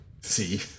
See